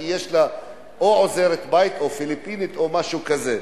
כי יש לה או עוזרת-בית או פיליפינית או משהו כזה.